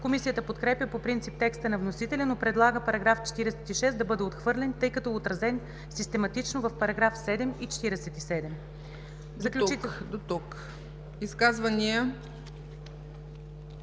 Комисията подкрепя по принцип текста на вносителя, но предлага § 46 да бъде отхвърлен, тъй като е отразен систематично в § 7 и 47.